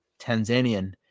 Tanzanian